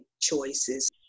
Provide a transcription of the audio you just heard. choices